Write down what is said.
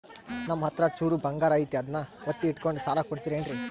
ನಮ್ಮಹತ್ರ ಚೂರು ಬಂಗಾರ ಐತಿ ಅದನ್ನ ಒತ್ತಿ ಇಟ್ಕೊಂಡು ಸಾಲ ಕೊಡ್ತಿರೇನ್ರಿ?